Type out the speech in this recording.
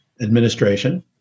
administration